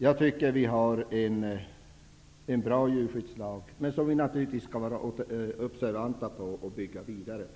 Jag tycker att vi har en bra djurskyddslag, men vi skall naturligtvis vara observanta och bygga vidare på den.